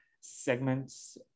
segments